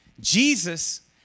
Jesus